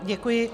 Děkuji.